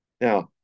Now